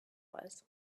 was